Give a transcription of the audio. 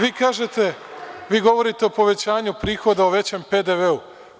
Vi kažete, vi govorite o povećanju prihoda, o većem PDV-u.